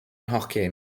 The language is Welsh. nhocyn